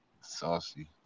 saucy